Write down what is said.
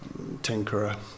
tinkerer